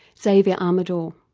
xavier amador